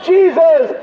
Jesus